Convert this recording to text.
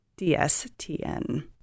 DSTN